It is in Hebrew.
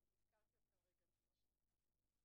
אז הזכרתי אתכן רגע לפני שנכנסתן.